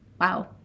Wow